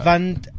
Want